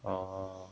orh